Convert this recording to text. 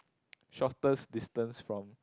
shortest distance from